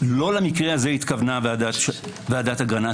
לא למקרה הזה התכוונה ועדת אגרנט.